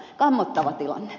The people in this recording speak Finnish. kammottava tilanne